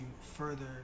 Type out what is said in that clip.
further